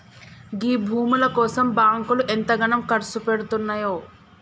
గీ భూముల కోసం బాంకులు ఎంతగనం కర్సుపెడ్తున్నయో